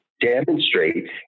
demonstrate